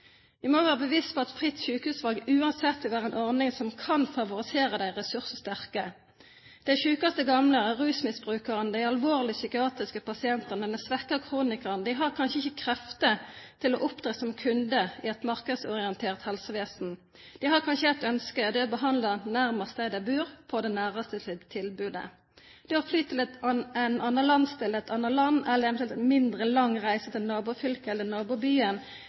Vi må være oss bevisst at fritt sykehusvalg uansett vil være en ordning som kan favorisere de ressurssterke. De sykeste gamle, rusmisbrukeren, de alvorlig syke psykiatriske pasientene og den svekkede kronikeren har kanskje ikke krefter til å opptre som kunde i et markedsorientert helsevesen. De har kanskje ett ønske. Det er å bli behandlet nærmest der de bor; det nærmeste tilbudet. Det å fly til en annen landsdel, et annet land eller eventuelt en mindre lang reise til nabofylket eller